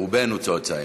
רובנו צאצאים,